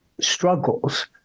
struggles